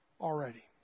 already